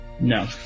No